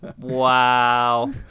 wow